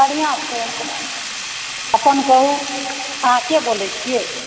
बढ़िआँ छै अपन कहू अहाँ के बोलैत छियै